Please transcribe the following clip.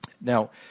Now